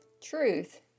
Truth